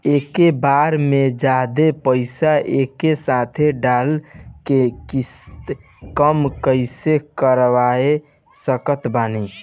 एके बार मे जादे पईसा एके साथे डाल के किश्त कम कैसे करवा सकत बानी?